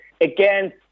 Again